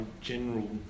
general